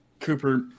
Cooper